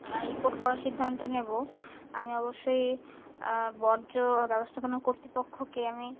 report করার সিদ্ধান্ত নেব আমি অবশ্যই বর্জ্য ব্যবস্থাপনা কর্তৃপক্ষকে আমি